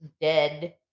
dead